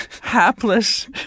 hapless